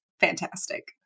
Fantastic